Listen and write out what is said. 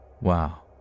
Wow